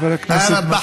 גנאים,